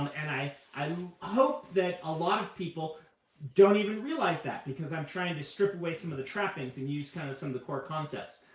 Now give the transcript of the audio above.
and i hope that a lot of people don't even realize that, because i'm trying to strip away some of the trappings and use kind of some of the core concepts.